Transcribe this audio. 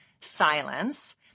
silence